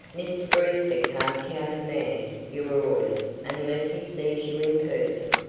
mr. brewster can't countermand your orders unless he sees you in person.